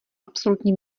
absolutní